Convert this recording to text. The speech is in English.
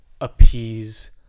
appease